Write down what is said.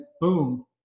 boom